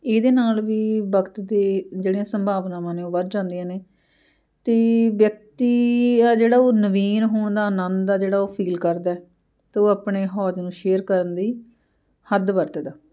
ਇਹਦੇ ਨਾਲ ਵੀ ਵਕਤ ਦੇ ਜਿਹੜੀਆਂ ਸੰਭਾਵਨਾਵਾਂ ਨੇ ਉਹ ਵੱਧ ਜਾਂਦੀਆਂ ਨੇ ਅਤੇ ਵਿਅਕਤੀ ਆ ਜਿਹੜਾ ਉਹ ਨਵੀਨ ਹੋਣ ਦਾ ਆਨੰਦ ਆ ਜਿਹੜਾ ਉਹ ਫੀਲ ਕਰਦਾ ਅਤੇ ਉਹ ਆਪਣੇ ਹੌਜ ਨੂੰ ਸ਼ੇਅਰ ਕਰਨ ਦੀ ਹੱਦ ਵਰਤਦਾ